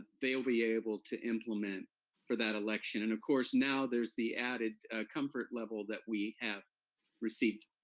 they'll be able to implement for that election. and, of course, now there's the added comfort level that we have received